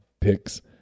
picks